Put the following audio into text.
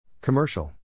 Commercial